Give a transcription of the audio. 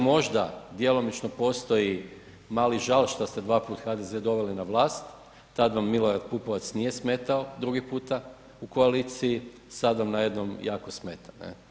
Možda djelomično postoji mali žao što ste dva puta HDZ doveli na vlast, tad vam Milorad Pupovac nije smetao, drugi puta u koaliciji, sad vam najednom jako smeta.